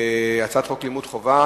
הצעת חוק לימוד חובה